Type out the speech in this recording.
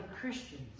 Christians